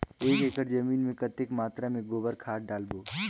एक एकड़ जमीन मे कतेक मात्रा मे गोबर खाद डालबो?